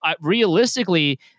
realistically